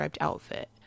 outfit